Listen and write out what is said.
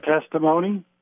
testimony